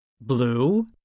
blue